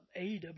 AEW